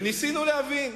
וניסינו להבין.